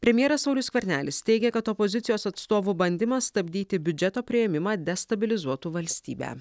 premjeras saulius skvernelis teigia kad opozicijos atstovų bandymas stabdyti biudžeto priėmimą destabilizuotų valstybę